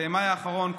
במאי האחרון,